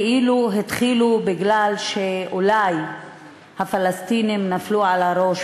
כאילו התחילו מפני שאולי הפלסטינים נפלו על הראש,